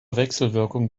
wechselwirkung